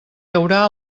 haurà